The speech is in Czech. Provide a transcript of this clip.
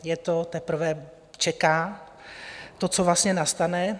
Je to teprve čeká, co vlastně nastane.